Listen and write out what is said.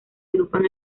agrupan